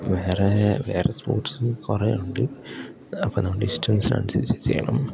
വേറേ വേറെ സ്പോർട്സും കുറെ ഉണ്ട് അപ്പം നമ്മുടെ ഇഷ്ടം അനുസരിച്ച് ചെയ്യണം